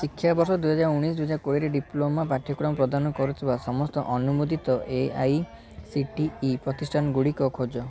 ଶିକ୍ଷାବର୍ଷ ଦୁଇହଜାରଉଣେଇଶି ଦୁଇହଜାରକୋଡ଼ିଏରେ ଡିପ୍ଲୋମା ପାଠ୍ୟକ୍ରମ ପ୍ରଦାନ କରୁଥିବା ସମସ୍ତ ଅନୁମୋଦିତ A I C T E ପ୍ରତିଷ୍ଠାନଗୁଡ଼ିକ ଖୋଜ